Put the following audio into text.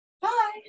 Bye